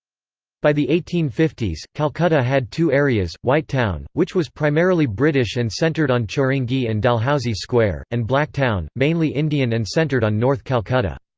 by the eighteen fifty s, calcutta had two areas white town, which was primarily british and centred on chowringhee and dalhousie square and black town, mainly indian and centred on north calcutta.